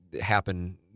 happen